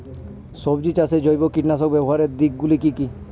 সবজি চাষে জৈব কীটনাশক ব্যাবহারের দিক গুলি কি কী?